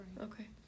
Okay